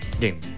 Game